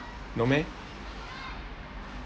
not meh